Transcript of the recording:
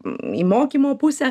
mokymo pusę